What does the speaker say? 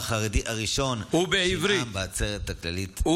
השר החרדי הראשון שינאם בעצרת הכללית של האו"ם.